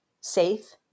safe